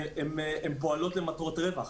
הן פועלות למטרות רווח.